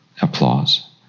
applause